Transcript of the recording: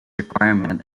requirement